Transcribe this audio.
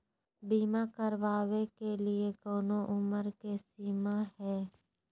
बीमा करावे के लिए कोनो उमर के सीमा है?